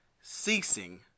ceasing